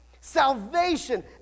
salvation